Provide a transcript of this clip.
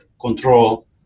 control